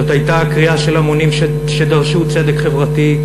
זאת הייתה קריאה של המונים שדרשו צדק חברתי,